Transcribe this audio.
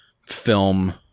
film